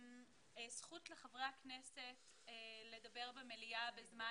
לחברי הכנסת יש זכות לדבר במליאה בזמן